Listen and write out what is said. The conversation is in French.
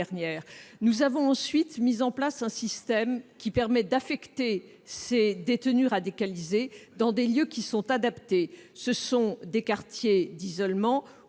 nous avons mis en place un système qui permet d'affecter ces détenus radicalisés dans des lieux adaptés. Ce sont des quartiers d'isolement ou